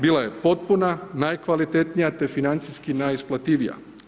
Bila je potpuna, najkvalitetnija te financijski najisplativija.